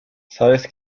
sabes